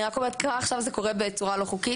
אני רק אומרת, כבר עכשיו זה קורה בצורה לא חוקית.